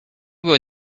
were